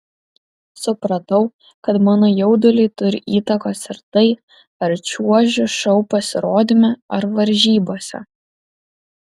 supratau kad mano jauduliui turi įtakos ir tai ar čiuožiu šou pasirodyme ar varžybose